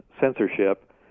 censorship